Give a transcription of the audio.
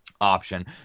Option